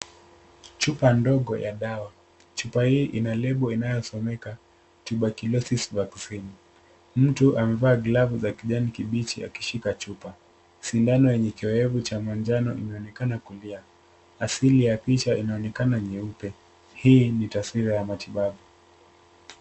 Chupa ndogo ya dawa. Chupa hii ina lebo inayosomeka Tuberculosis Vaccine . Mtu amevaa glavu za kijani kibichi akishika chupa. Sindano yenye kioevu cha manjano inaonekana kulia. Asili ya picha inaonekana nyeupe. Hii ni taswira ya matibabu.